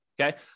Okay